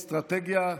אסטרטגיה,